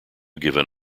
given